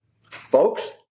Folks